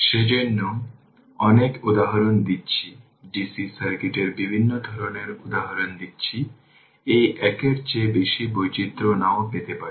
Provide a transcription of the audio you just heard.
সেজন্যই অনেক উদাহরণ দিচ্ছি DC সার্কিটের বিভিন্ন ধরনের উদাহরণ দিচ্ছি এই একের চেয়ে বেশি বৈচিত্র্য নাও পেতে পারে